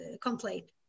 complaint